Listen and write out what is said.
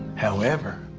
however,